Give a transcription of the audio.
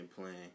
playing